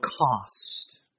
cost